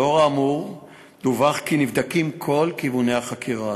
לנוכח האמור דווח כי נבדקים כל כיווני החקירה.